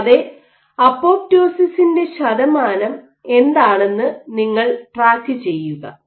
കൂടാതെ അപ്പോപ്ടോസിസിന്റെ ശതമാനം എന്താണെന്ന് നിങ്ങൾ ട്രാക്കുചെയ്യുക